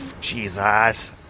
Jesus